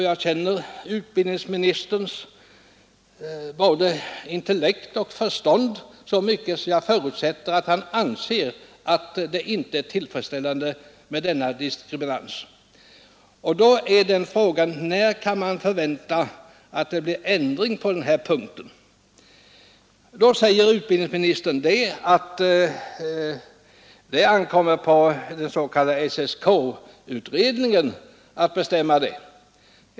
Jag känner utbildningsministerns intellekt och förstånd så väl att jag förutsätter att han inte anser att det är tillfredsställande med denna diskriminering och då blir min andra fråga: När kan man förvänta sig att det blir ändring på den här punkten? Utbildningsministern säger då att det ankommer på den s.k. SSK utredningen att bestämma detta.